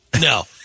No